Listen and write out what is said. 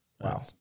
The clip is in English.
Wow